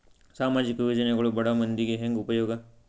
ಸಾಮಾಜಿಕ ಯೋಜನೆಗಳು ಬಡ ಮಂದಿಗೆ ಹೆಂಗ್ ಉಪಯೋಗ?